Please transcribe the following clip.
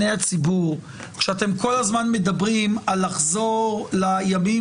הציבור כשאתם כל הזמן מדברים על לחזור לימים